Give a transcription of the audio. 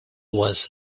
was